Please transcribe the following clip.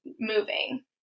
moving